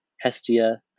Hestia